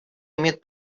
имеет